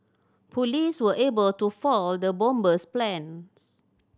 police were able to foil the bomber's plans